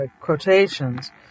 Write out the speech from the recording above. quotations